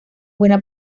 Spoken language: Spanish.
buena